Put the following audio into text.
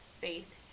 Faith